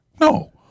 No